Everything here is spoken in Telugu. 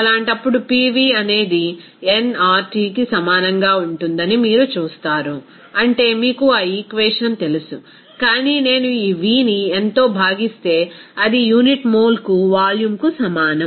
అలాంటప్పుడు PV అనేది nRTకి సమానంగా ఉంటుందని మీరు చూస్తారు అంటే మీకు ఆ ఈక్వేషన్ తెలుసు కానీ నేను ఈ Vని nతో భాగిస్తే అది యూనిట్ మోల్కు వాల్యూమ్కు సమానం